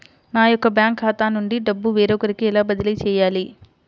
నా యొక్క బ్యాంకు ఖాతా నుండి డబ్బు వేరొకరికి ఎలా బదిలీ చేయాలి?